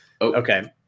Okay